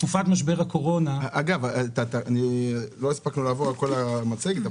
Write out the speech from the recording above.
לא הספקנו לעבור על כל המצגת.